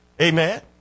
Amen